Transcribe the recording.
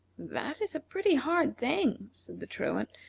that is a pretty hard thing, said the truant,